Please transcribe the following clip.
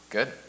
Good